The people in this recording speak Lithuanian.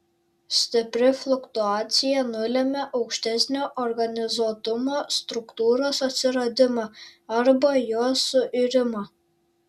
stipri fluktuacija nulemia aukštesnio organizuotumo struktūros atsiradimą arba jos suirimą